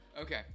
Okay